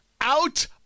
Out